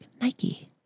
Nike